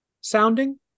sounding